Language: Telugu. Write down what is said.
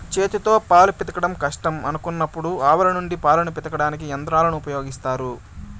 చేతితో పాలు పితకడం కష్టం అనుకున్నప్పుడు ఆవుల నుండి పాలను పితకడానికి యంత్రాలను ఉపయోగిత్తారు